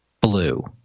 blue